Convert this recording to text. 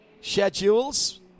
schedules